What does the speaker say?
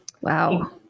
Wow